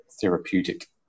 therapeutic